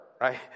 right